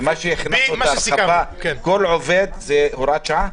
ומה שהכנסנו את ההרחבה, כל עובד זה הוראת שעה?